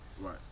right